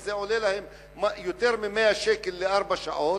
אז זה עולה להם יותר מ-100 שקל לארבע שעות.